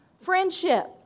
friendship